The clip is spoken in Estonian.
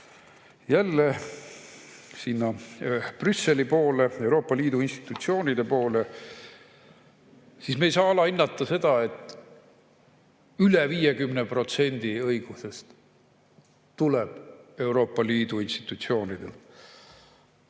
jälle sinna Brüsseli poole, Euroopa Liidu institutsioonide poole, siis me ei saa alahinnata seda, et üle 50% õigusest tuleb Euroopa Liidu institutsioonidelt.